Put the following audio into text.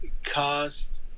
cost